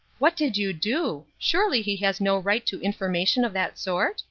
what did you do? surely he has no right to information of that sort?